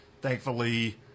thankfully